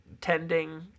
tending